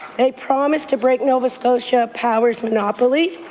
they promised to break nova scotia power's monopoly.